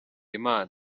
imana